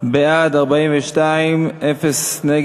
חוק-יסוד: נשיא המדינה (תיקון מס' 9)